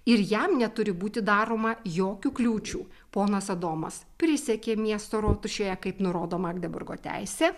ir jam neturi būti daroma jokių kliūčių ponas adomas prisiekė miesto rotušėje kaip nurodo magdeburgo teisė